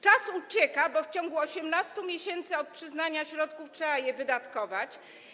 Czas ucieka, bo w ciągu 18 miesięcy od przyznania środków trzeba je wydatkować.